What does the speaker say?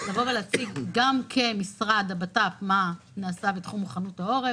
לבוא להציג גם כמשרד הבט"פ מה נעשה בתחום מוכנות העור,